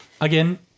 Again